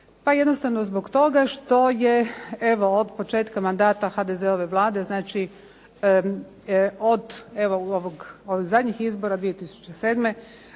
jednostavno zbog toga što je evo od početka mandata HDZ-ove vlade, znači od evo od zadnjih izbora 2007.